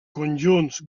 conjunts